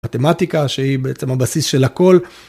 מתמטיקה שהיא בעצם הבסיס של הכל.